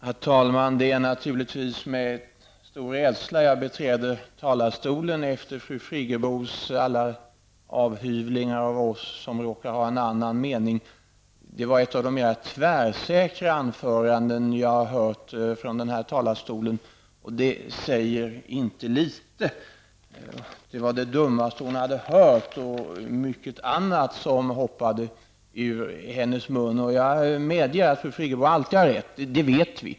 Herr talman! Det är naturligtvis med stor rädsla jag beträder talarstolen efter fru Friggebos alla avhyvlingar av oss som råkar ha en annan mening. Det var ett av de mer tvärsäkra anföranden jag har hört från den här talarstolen, och det säger inte litet. Omdömen som ''det dummaste hon hade hört'' och mycket annat hoppade ur hennes mun. Jag medger att fru Friggebo alltid har rätt. Det vet vi.